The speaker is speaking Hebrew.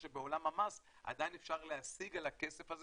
שבעולם המס עדיין אפשר להשיג על הכסף הזה